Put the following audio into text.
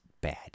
bad